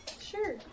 Sure